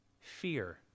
Fear